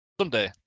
someday